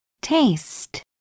Taste